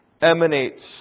emanates